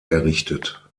errichtet